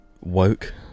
woke